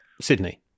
Sydney